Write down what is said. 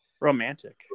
Romantic